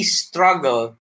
struggle